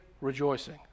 rejoicing